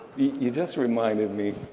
you just reminded me